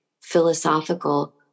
philosophical